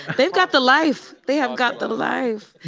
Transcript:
they've got the life. they have got the life.